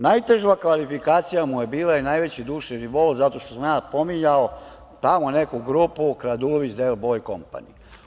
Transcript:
Najteža kvalifikacija mu je bila i najveći duševni bol zato što sam ja pominjao tamo neku grupu „kradulović del boj kompani“